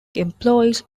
employees